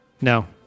No